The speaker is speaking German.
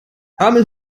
ärmel